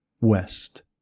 west